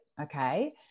Okay